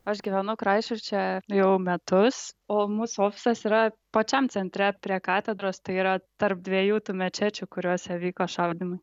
aš gyvenu kraisčerče jau metus o mūsų ofisas yra pačiam centre prie katedros tai yra tarp dviejų tų mečečių kuriose vyko šaudymai